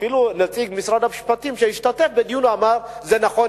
אפילו נציג משרד המשפטים שהשתתף בדיון אמר: זה נכון,